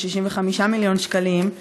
של 65 מיליון שקלים.